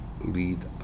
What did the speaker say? lead